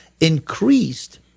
increased